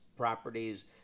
properties